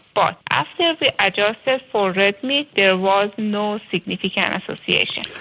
but after we adjust this for red meat there was no significant association.